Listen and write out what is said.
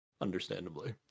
understandably